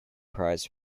prize